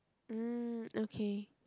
mm okay